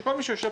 שמבקשים